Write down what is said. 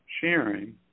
sharing